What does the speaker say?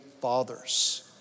fathers